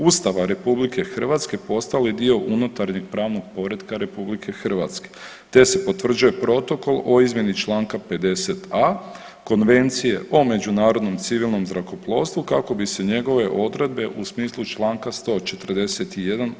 Ustava RH postale dio unutarnjeg pravnog poretka RH te se potvrđuje protokol o izmjeni Članka 50. (a) Konvencije o međunarodnom civilnom zrakoplovstvu kako bi se njegove odredbe u smislu Članka 141.